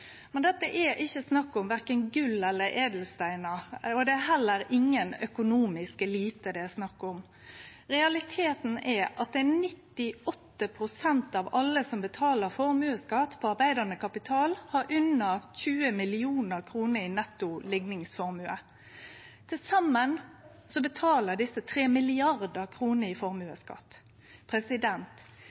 Men det er ikkje snakk om verken gull eller edelsteinar, og det er heller ingen økonomisk elite det er snakk om. Realiteten er at 98 pst. av alle som betaler formueskatt på arbeidande kapital, har under 20 mill. kr i netto likningsformue. Til saman betaler desse 3 mrd. kr i